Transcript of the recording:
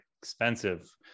expensive